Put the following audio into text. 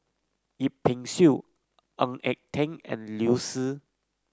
Yip Pin Xiu Ng Eng Teng and Liu Si